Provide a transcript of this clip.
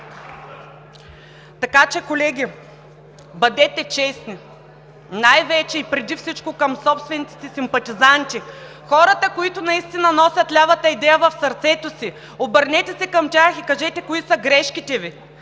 Колеги, бъдете честни най-вече и преди всичко към собствените си симпатизанти – хората, които наистина носят лявата идея в сърцето си. Обърнете се към тях и кажете кои са грешките Ви,